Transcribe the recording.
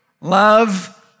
love